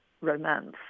romance